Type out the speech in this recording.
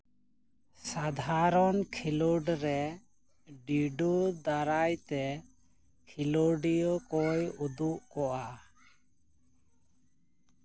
ᱥᱟᱫᱷᱟᱨᱚᱱ ᱠᱷᱮᱞᱳᱰ ᱨᱮ ᱰᱤᱰᱳ ᱫᱟᱨᱟᱭᱛᱮ ᱠᱷᱤᱞᱳᱰᱤᱭᱟᱹ ᱠᱚᱭ ᱩᱫᱩᱜ ᱠᱚᱣᱟ